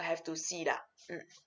I have to see lah mm